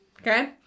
Okay